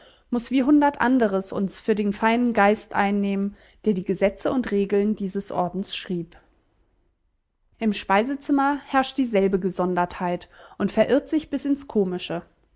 muß wie hundert anderes uns für den feinen geist einnehmen der die gesetze und regeln dieses ordens schrieb im speisezimmer herrscht dieselbe gesondertheit und verirrt sich bis ins komische